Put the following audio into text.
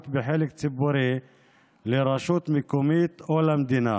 בחלק ציבורי לרשות מקומית או למדינה.